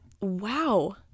wow